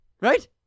Right